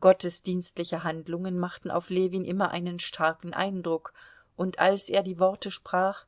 gottesdienstliche handlungen machten auf ljewin immer einen starken eindruck und als er die worte sprach